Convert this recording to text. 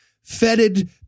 fetid